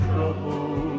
Trouble